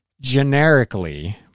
generically